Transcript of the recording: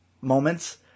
moments